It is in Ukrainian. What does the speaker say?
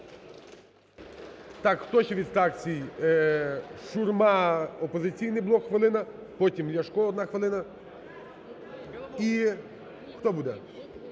Хто ще від фракцій? Шурма, "Опозиційний блок", хвилина. Потім – Ляшко, одна хвилина. І хто буде?